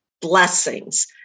blessings